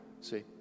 See